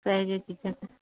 ਬਸ ਇਹੋ ਜਿਹੀਆਂ ਚੀਜ਼ਾਂ ਜੀ